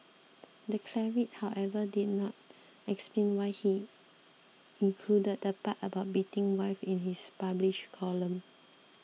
the cleric however did not explain why he included the part about beating wives in his published column